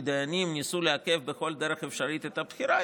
דיינים וניסו לעכב בכל דרך אפשרית את הבחירה.